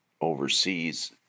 overseas